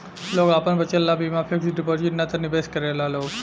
लोग आपन बचत ला बीमा फिक्स डिपाजिट ना त निवेश करेला लोग